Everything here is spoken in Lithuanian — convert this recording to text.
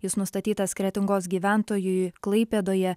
jis nustatytas kretingos gyventojui klaipėdoje